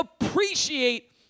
appreciate